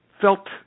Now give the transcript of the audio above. felt